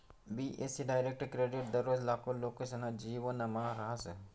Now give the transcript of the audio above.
बी.ए.सी direct credit दररोज लाखो लोकेसना जीवनमा रहास